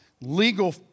Legal